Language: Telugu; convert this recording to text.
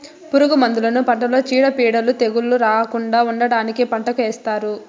పురుగు మందులను పంటలో చీడపీడలు, తెగుళ్ళు రాకుండా ఉండటానికి పంటకు ఏస్తారు